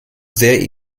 sehr